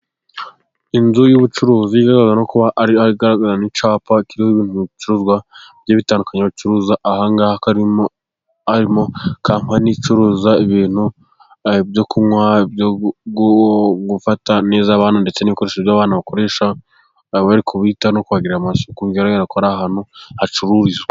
Inzu y'ubucuruzi igaragara kuba ari igaragaraho icyapa kiriho ibicuruzwa bigiye bitandukanye bacuruza ahangaha harimo kampani icuruza ibintu byo kunywa, gufata neza abantu ndetse n'ibikoresho by'abana bakoresha aba ariko guhita no kugira amasuku bigaragare ko ari ahantu hacururizwa.